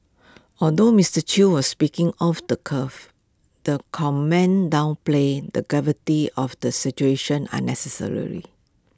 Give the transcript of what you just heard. although Mister chew was speaking off the cuff the comment downplays the gravity of the situation unnecessarily